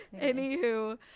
Anywho